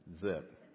zip